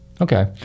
Okay